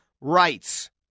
rights